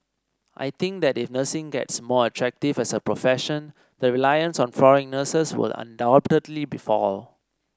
I think that if nursing gets more attractive as a profession the reliance on foreign nurses will undoubtedly be fall